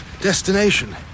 destination